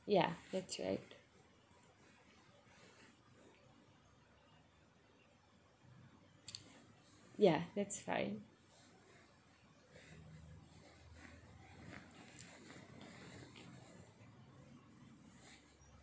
yeah that's right yeah that's fine